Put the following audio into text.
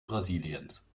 brasiliens